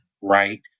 right